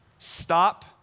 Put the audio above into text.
Stop